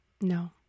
No